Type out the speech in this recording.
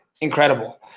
incredible